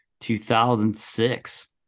2006